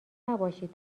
نباشید